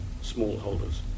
smallholders